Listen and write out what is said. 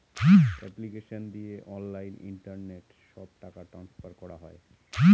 application দিয়ে online internet সব টাকা ট্রান্সফার করা হয়